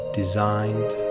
designed